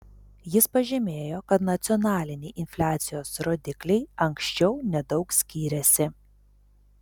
jis pažymėjo kad nacionaliniai infliacijos rodikliai anksčiau nedaug skyrėsi